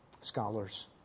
scholars